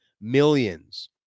millions